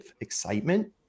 excitement